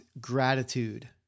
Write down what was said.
gratitude